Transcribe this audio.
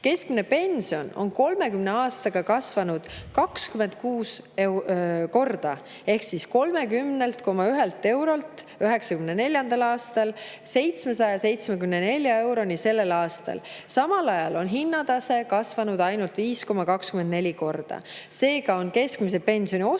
Keskmine pension on 30 aastaga kasvanud 26 korda ehk 30,1 eurolt 1994. aastal 774 euroni sellel aastal. Samal ajal on hinnatase kasvanud ainult 5,24 korda. Seega on keskmise pensioni ostujõud